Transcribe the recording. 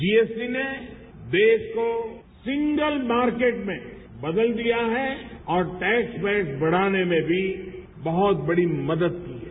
GST ने देश को सिंगल मार्केट में बदल दिया है और टैक्स वेल्थ बढ़ाने में भी बहत बड़ी मदद की है